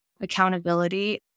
accountability